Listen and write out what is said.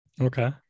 Okay